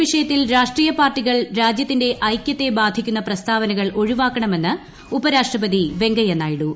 ജമ്മു കാശ്മീർ വിഷയ്ത്തിൽ രാഷ്ട്രീയ പാർട്ടികൾ രാജ്യത്തിന്റെ ന് ഐക്യത്തെ ബാധിക്കുന്ന പ്രസ്താവനകൾ ഒഴിവാക്കണമെന്ന് ഉപരാഷ്ട്രപതി വെങ്കയ്യ നായിഡു